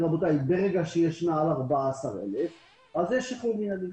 ברגע שיש מעל 14,000 יש שחרור מינהלי,